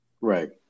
Right